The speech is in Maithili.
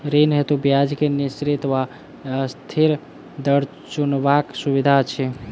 ऋण हेतु ब्याज केँ निश्चित वा अस्थिर दर चुनबाक सुविधा अछि